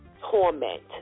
torment